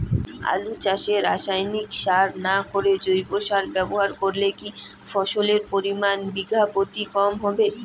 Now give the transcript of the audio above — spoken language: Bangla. আলু চাষে রাসায়নিক সার না করে জৈব সার ব্যবহার করলে কি ফলনের পরিমান বিঘা প্রতি কম হবে?